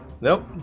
Nope